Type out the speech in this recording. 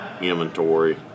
inventory